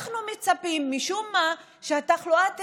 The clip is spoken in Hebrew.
ואנחנו מצפים, משום מה, שהתחלואה תרד,